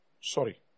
sorry